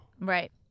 Right